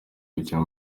gukina